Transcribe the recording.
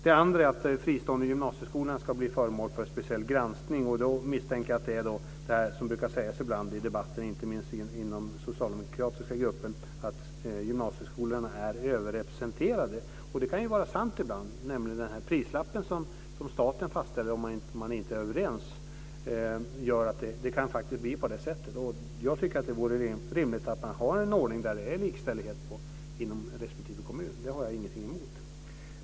Det andra är att de fristående gymnasieskolorna ska bli föremål för speciell granskning. Jag misstänker att det handlar om det som ibland brukar sägas i debatten, inte minst inom den socialdemokratiska gruppen, om att gymnasieskolorna är överrepresenterade. Det kan ju vara sant ibland. Den prislapp som staten fastställer om man inte är överens gör att det faktiskt kan bli på det sättet. Jag tycker att det vore rimligt med en ordning där det är likställighet inom respektive kommun. Det har jag ingenting emot.